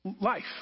life